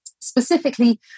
specifically